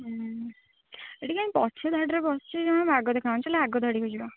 ହମ୍ମ ଏଠି କାଇଁ ପଛ ଧାଡ଼ିରେ ବସିଛେ ଜମା ଆଗ ଦେଖାଯାଉନି ଚାଲ ଆଗ ଧାଡ଼ିକୁ ଯିବା